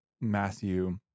Matthew